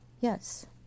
Yes